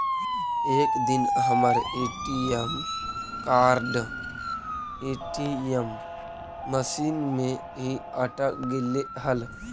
एक दिन हमर ए.टी.एम कार्ड ए.टी.एम मशीन में ही अटक गेले हल